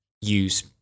use